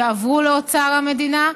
יעברו לאוצר המדינה,